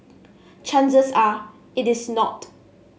chances are it is not